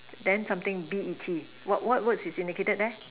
then something B E T what what words is indicated there